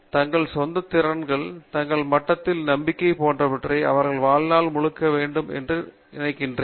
தங்கள் சொந்த திறன்களை தங்கள் மட்டத்தில் நம்பிக்கை போன்றவை அவர்கள் வாழ்நாள் முழுக்க இருக்க வேண்டும் என்று நினைக்கிறேன்